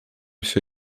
się